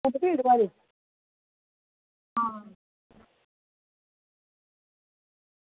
डिड्ढ पीड़ होआ दी हां